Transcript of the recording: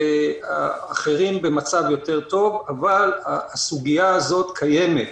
ואחרים, במצב יותר טוב, אבל הסוגיה הזו קיימת.